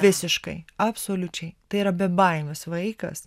visiškai absoliučiai tai yra be baimis vaikas